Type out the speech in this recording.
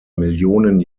millionen